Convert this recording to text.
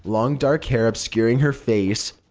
long dark hair obscuring her face.